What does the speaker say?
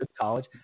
College